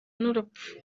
n’urupfu